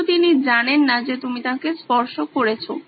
কিন্তু তিনি জানেন না যে তুমি তাঁকে স্পর্শ করেছো